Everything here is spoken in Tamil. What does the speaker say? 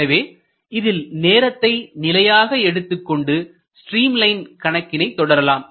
எனவே இதில் நேரத்தை நிலையாக எடுத்துக்கொண்டு ஸ்ட்ரீம் லைன் கணக்கினை தொடரலாம்